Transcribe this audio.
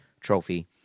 trophy